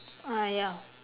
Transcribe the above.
uh ya